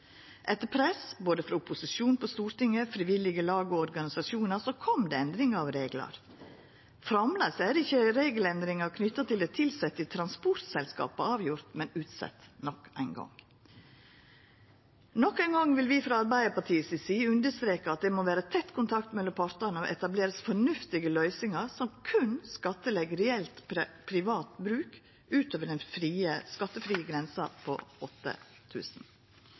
Etter press frå både opposisjonen på Stortinget og frivillige lag og organisasjonar kom det endringar av reglane. Framleis er ikkje regelendringane knytte til tilsette i transportselskapa avgjorde, men utsette nok ein gong. Nok ein gong vil vi frå Arbeidarpartiets side understreka at det må vera tett kontakt mellom partane og etablerast fornuftige løysingar som berre skattlegg reelt privat bruk utover den skattefrie grensa på